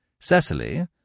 Cecily